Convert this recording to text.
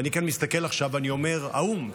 ואני מסתכל כאן עכשיו ואומר: האו"ם,